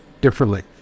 differently